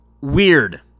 Weird